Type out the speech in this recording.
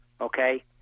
okay